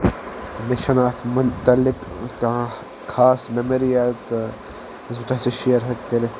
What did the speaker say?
مےٚ چھنہٕ اتھ متعلق کانٛہہ خاص میمری اتھ یۄس بہٕ تۄہہِ سۭتۍ شیر ہٮ۪کہٕ کٔرِتھ